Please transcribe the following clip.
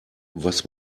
was